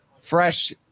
fresh